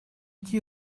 iki